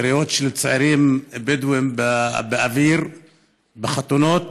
יריות של צעירים בדואים באוויר בחתונות.